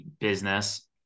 business